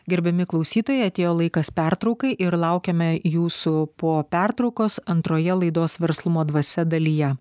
gerbiami klausytojai atėjo laikas pertraukai ir laukiame jūsų po pertraukos antroje laidos verslumo dvasia dalyje